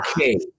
okay